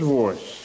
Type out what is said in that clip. voice